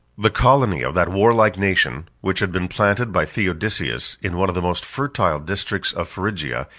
the colony of that warlike nation, which had been planted by theodosius in one of the most fertile districts of phrygia,